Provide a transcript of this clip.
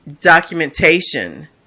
documentation